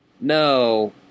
No